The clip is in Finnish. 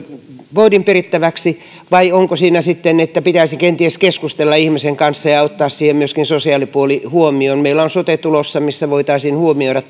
voudin perittäväksi vai onko sitten niin että pitäisi kenties keskustella ihmisen kanssa ja ottaa siinä myöskin sosiaalipuoli huomioon meillä on sote tulossa missä voitaisiin huomioida